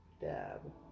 Dab